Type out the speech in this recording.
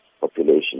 population